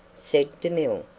said demille,